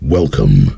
Welcome